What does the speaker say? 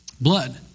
blood